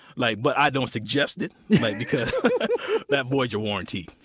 like but i don't suggest it right, because that voids your warranty.